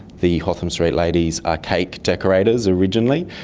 the hotham street ladies are cake decorators originally,